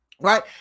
right